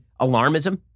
alarmism